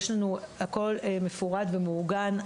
יש לנו הכול מפורט ומאורגן.